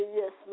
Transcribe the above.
yes